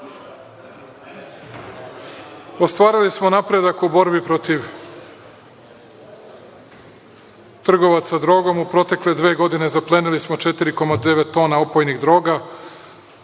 se. Ostvarili smo napredak u borbi protiv trgovaca drogom. U protekle dve godine zaplenili smo 4,9 tona opojnih droga,